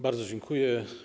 Bardzo dziękuję.